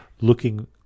looking